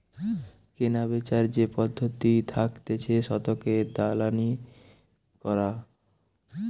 কেনাবেচার যে পদ্ধতি থাকতিছে শতকের দালালি করা